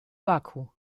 baku